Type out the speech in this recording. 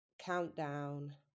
Countdown